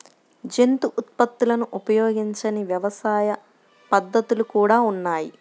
జంతు ఉత్పత్తులను ఉపయోగించని వ్యవసాయ పద్ధతులు కూడా ఉన్నాయి